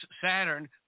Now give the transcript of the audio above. Saturn